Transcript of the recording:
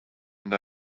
and